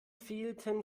fehlten